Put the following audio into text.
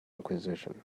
inquisition